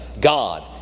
God